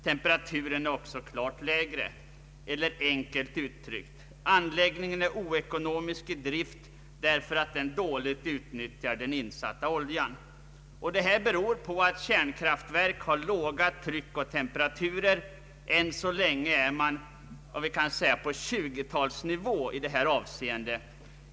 Temperaturen är också klart lägre. Eller enkelt uttryckt: anläggningen är oekonomisk i drift därför att den dåligt utnyttjar den insatta oljan. Detta beror på att kärnkraftverk har låga tryck och temperaturer. Än så länge är man på vad vi skulle kunna kalla för 1920-talsnivå i detta avseende.